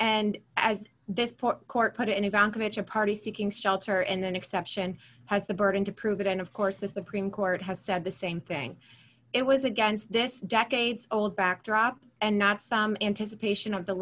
this court put it in the bank a major party seeking shelter in an exception has the burden to prove it and of course the supreme court has said the same thing it was against this decades old backdrop and not some anticipation of the